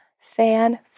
fan